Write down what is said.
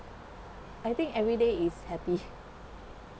I think everyday is happy